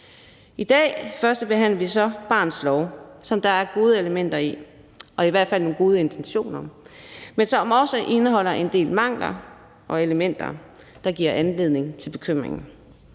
I dag førstebehandler vi så barnets lov, som der er gode elementer i – og i hvert fald nogle gode intentioner – men som også indeholder en del mangler og elementer, der giver anledning til bekymring.